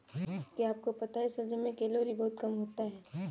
क्या आपको पता है शलजम में कैलोरी बहुत कम होता है?